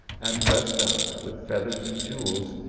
and dressed out with feathers and jewels,